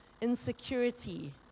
insecurity